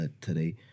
today